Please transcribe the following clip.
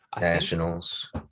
Nationals